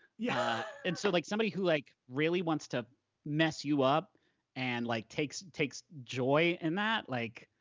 yeah and so like somebody who like really wants to mess you up and like takes takes joy in that, like,